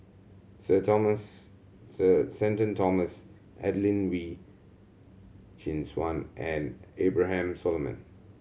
Sir Thomas Sir Shenton Thomas Adelene Wee Chin Suan and Abraham Solomon